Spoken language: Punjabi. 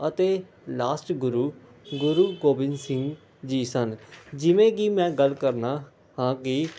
ਅਤੇ ਲਾਸਟ ਗੁਰੂ ਗੁਰੂ ਗੋਬਿੰਦ ਸਿੰਘ ਜੀ ਸਨ ਜਿਵੇਂ ਕਿ ਮੈਂ ਗੱਲ ਕਰਦਾ ਹਾਂ ਕਿ